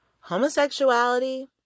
homosexuality